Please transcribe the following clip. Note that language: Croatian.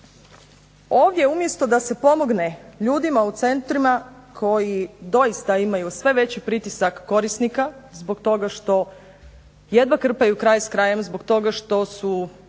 ovdje umjesto da se pomogne ljudima u centrima koji doista imaju sve veći pritisak korisnika, zbog toga što jedva krpaju kraj s krajem, zbog toga što su